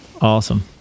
awesome